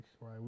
right